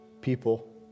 people